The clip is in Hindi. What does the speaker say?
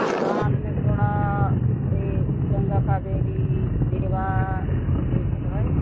धान में थोड़ा ये गंगा कबेरी देवा यह सब है